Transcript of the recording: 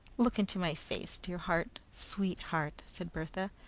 look into my face, dear heart, sweet heart! said bertha.